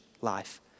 life